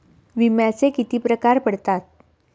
विम्याचे किती प्रकार पडतात?